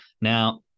now